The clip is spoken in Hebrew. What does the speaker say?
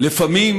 לפעמים